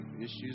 Issues